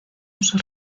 uso